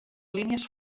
línies